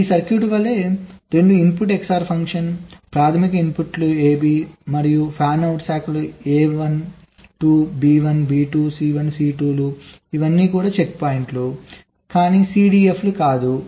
ఈ సర్క్యూట్లో వలె 2 ఇన్పుట్ XOR ఫంక్షన్ ప్రాధమిక ఇన్పుట్లు AB మరియు ఫ్యాన్అవుట్ శాఖలు A1 2 B1 B2 C1 C2 ఇవి చెక్పాయింట్లు CDEF కాదు